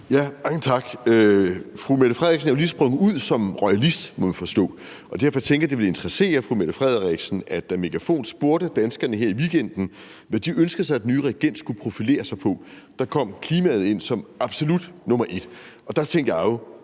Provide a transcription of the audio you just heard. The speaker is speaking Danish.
Mange tak. Fru Mette Frederiksen er jo lige sprunget ud som royalist, må vi forstå, og derfor tænker jeg, at det ville interessere fru Mette Frederiksen, at da Megafon her i weekenden spurgte danskerne om, hvad de ønskede, at den nye regent skulle profilere sig på, kom klimaet ind som en absolut nummer et. Der tænkte jeg jo,